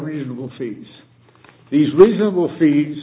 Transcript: reasonable fees these reasonable feeds